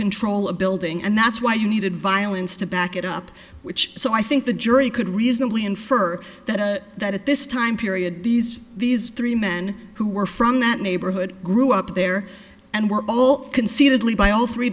control a building and that's why you needed violence to back it up which so i think the jury could reasonably infer that that at this time period these these three men who were from that neighborhood grew up there and were all concededly by zero three